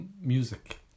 music